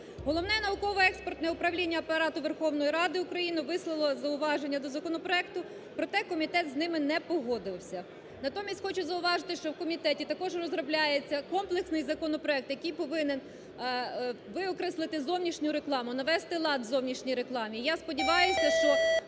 Головне науково-експертне управління Апарату Верховної Ради України висловило зауваження до законопроекту, проте комітет з ними не погодився. Натомість хочу зауважити, що в комітеті також розробляється комплексний законопроект, який повинен виокреслити зовнішню рекламу, навести лад у зовнішній рекламі. Я сподіваюся, що